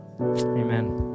Amen